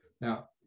Now